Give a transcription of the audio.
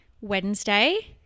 wednesday